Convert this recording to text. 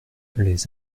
les